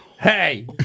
hey